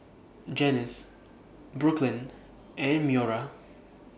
Janice Brooklyn and Moira